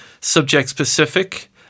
subject-specific